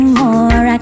more